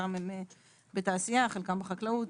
שחלקם הם בתעשייה וחלקם בחקלאות.